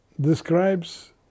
describes